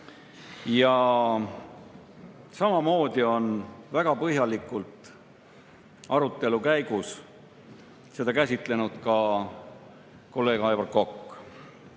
Samamoodi on väga põhjalikult arutelu käigus seda käsitlenud kolleeg Aivar Kokk.